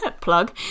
Plug